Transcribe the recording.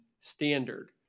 standard